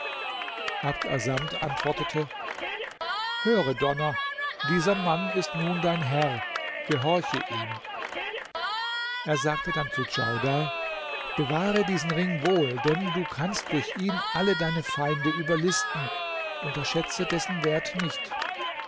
abd assamd antwortete höre donner dieser mann ist nun dein herr gehorche ihm er sagte dann zu djaudar bewahre diesen ring wohl denn du kannst durch ihn alle deine feinde überlisten unterschätze dessen wert nicht